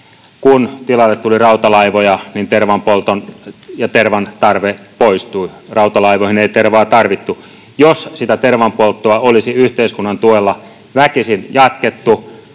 kun tilalle tuli rautalaivoja, tervanpolton ja tervan tarve poistui. Rautalaivoihin ei tervaa tarvittu. Jos sitä tervanpolttoa olisi yhteiskunnan tuella väkisin jatkettu,